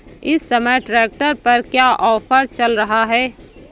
इस समय ट्रैक्टर पर क्या ऑफर चल रहा है?